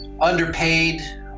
underpaid